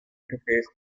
interface